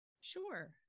Sure